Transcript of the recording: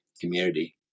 community